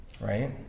Right